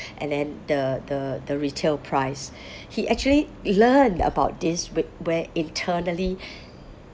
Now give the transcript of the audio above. and then the the the retail price he actually learnt about this wh~ where internally